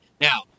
Now